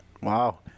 Wow